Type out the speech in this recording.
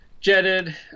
jetted